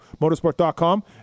motorsport.com